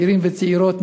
צעירים וצעירות,